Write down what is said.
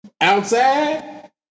Outside